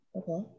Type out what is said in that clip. okay